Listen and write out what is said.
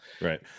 Right